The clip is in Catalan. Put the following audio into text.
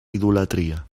idolatria